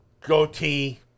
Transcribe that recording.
Goatee